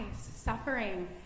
suffering